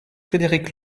frédérick